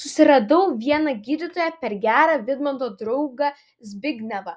susiradau vieną gydytoją per gerą vidmanto draugą zbignevą